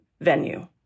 venue